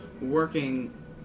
working